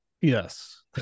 yes